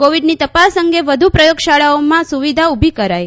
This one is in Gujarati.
કોવિડની તપાસ અંગે વધુ પ્રયોગશાળાઓમાં સુવિધા ઉભી કરાઇ